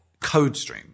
Codestream